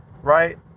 right